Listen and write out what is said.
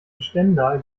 stendal